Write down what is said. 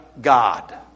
God